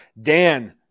Dan